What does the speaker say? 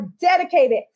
dedicated